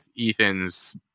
Ethan's